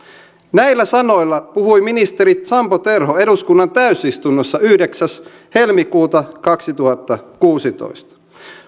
näillä sanoilla puhui ministeri sampo terho eduskunnan täysistunnossa yhdeksäs helmikuuta kaksituhattakuusitoista